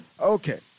Okay